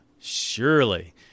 Surely